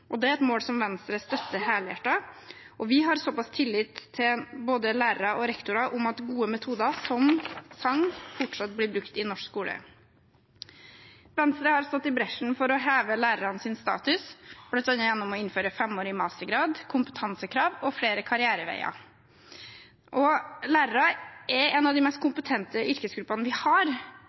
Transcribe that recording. Det er et mål som Venstre støtter helhjertet, og vi har såpass tillit til både lærere og rektorer at vi tror at gode metoder som sang fortsatt blir brukt i norsk skole. Venstre har stått i bresjen for å heve lærernes status bl.a. gjennom å innføre femårig mastergrad, kompetansekrav og flere karriereveier. Lærere er en av de mest kompetente yrkesgruppene vi har.